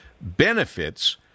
benefits